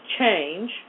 change